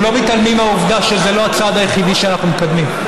אנחנו לא מתעלמים מהעובדה שזה לא הצעד היחידי שאנחנו מקדמים.